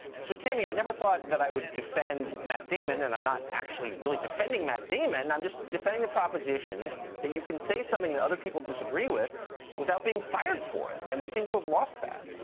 so tammy, i never thought that i would defend matt damon, and i'm not actually really defending matt damon, i'm just defending the proposition that you can say something that other people disagree with without being fired for it, and we seem to have lost that.